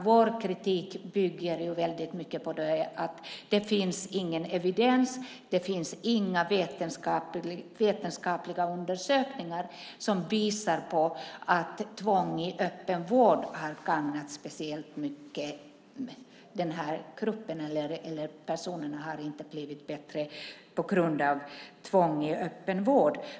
Vår kritik bygger väldigt mycket på att det inte finns någon evidens, inga vetenskapliga undersökningar, som visar att vårdformen tvång i öppen vård speciellt mycket gagnat gruppen i fråga. De här personerna har inte blivit bättre genom vårdformen tvång i öppen vård.